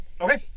Okay